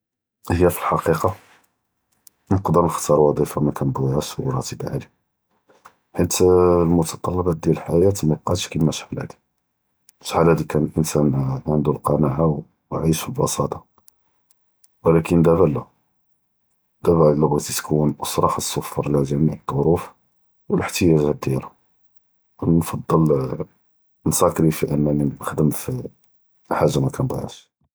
הי פאלחקיקה, נקדר נכ’תאר וצ’יפה מא כנבגיהאש בראתב עאלי, בחית מתטלבאת דיאל אלחיאה מבקאתש כימא שחאל האדי, שחאל האדי כאן לאנסאן ענדו אלקנאעה ו עאיש בבסאטע, ולאכן דאבא לא, דאבא אלא בגית תכון אוסרה ח’ס תוופּרלהא ג’מיע אלצ’ורוף ו אלאחתיַאג’את דיאלהא, ו נפדל נסאכריפי אנהני נח’דמא פחאגה מא כנבגיהאש.